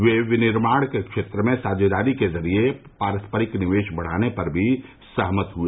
वे विनिर्माण के क्षेत्र में साझेदारी के जरिये पारस्परिक निवेश बढ़ाने पर भी सहमत हुए